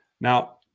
Now